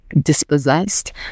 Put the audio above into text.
dispossessed